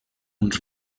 uns